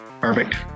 Perfect